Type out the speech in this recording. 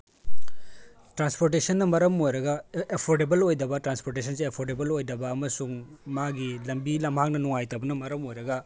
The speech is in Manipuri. ꯇ꯭ꯔꯥꯟꯁꯄꯣꯔꯇꯦꯁꯟꯅ ꯃꯔꯝ ꯑꯣꯏꯔꯒ ꯑꯦꯐꯣꯔꯗꯦꯕꯜ ꯑꯣꯏꯗꯕ ꯇ꯭ꯔꯥꯟꯁꯄꯣꯔꯇꯦꯁꯟꯁꯦ ꯑꯦꯐꯣꯔꯗꯦꯕꯜ ꯑꯣꯏꯗꯕ ꯑꯃꯁꯨꯡ ꯃꯥꯒꯤ ꯂꯝꯕꯤ ꯂꯝꯍꯥꯡꯗ ꯅꯨꯡꯉꯥꯏꯇꯕꯅ ꯃꯔꯝ ꯑꯣꯏꯔꯒ